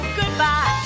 goodbye